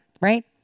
right